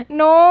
no